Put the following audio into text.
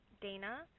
Dana